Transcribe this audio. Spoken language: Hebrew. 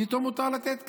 פתאום מותר לתת כסף,